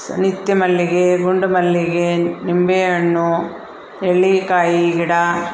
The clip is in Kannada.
ಸ್ ನಿತ್ಯ ಮಲ್ಲಿಗೆ ಗುಂಡು ಮಲ್ಲಿಗೆ ನಿಂಬೆ ಹಣ್ಣು ನೆಲ್ಲಿಕಾಯಿ ಗಿಡ